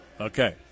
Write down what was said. Okay